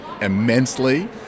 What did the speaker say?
immensely